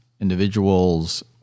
individuals